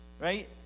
right